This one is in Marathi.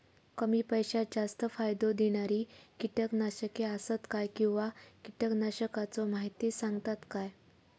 कमी पैशात जास्त फायदो दिणारी किटकनाशके आसत काय किंवा कीटकनाशकाचो माहिती सांगतात काय?